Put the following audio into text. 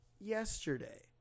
yesterday